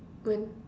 one